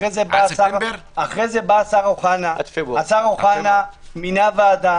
אחרי זה השר אוחנה מינה ועדה,